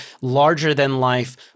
larger-than-life